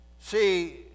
See